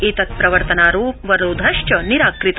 एतत्प्रवर्तनावरोध निराकृत